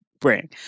bring